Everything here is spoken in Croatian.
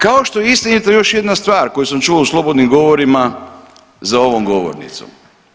Kao što je istinito još jedna stvar koju sam čuo u slobodnim govorima za ovom govornicom.